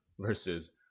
Versus